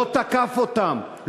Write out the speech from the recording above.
לא תקף אותם,